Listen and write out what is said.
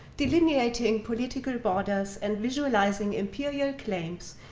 delineating political borders, and visualizing imperial claims,